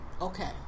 okay